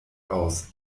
aus